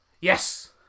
Yes